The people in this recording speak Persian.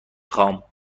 خوام